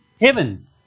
heaven